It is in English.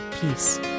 peace